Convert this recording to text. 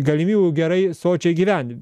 galimybių gerai sočiai gyvent